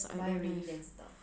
buy already then 知道